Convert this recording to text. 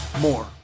more